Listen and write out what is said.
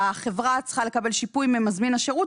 החברה צריכה לקבל שיפוטי ממזמין השירות